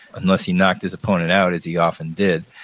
unless he knocked his opponent out, as he often did.